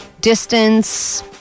distance